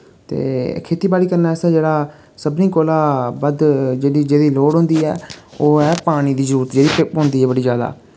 ते खेती बाड़ी करने आस्तै जेह्ड़ा सभनें कोला बद्ध जेह्दी जेह्दी लोड़ होंदी ऐ ओ ऐ पानी दी जरूरत जेह्ड़ी पौंदी ऐ बड़ी जैदा